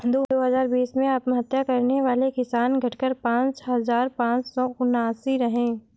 दो हजार बीस में आत्महत्या करने वाले किसान, घटकर पांच हजार पांच सौ उनासी रहे